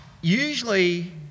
Usually